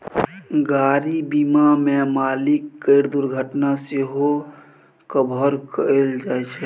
गाड़ी बीमा मे मालिक केर दुर्घटना सेहो कभर कएल जाइ छै